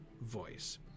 voice